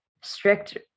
strict